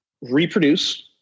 reproduce